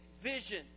vision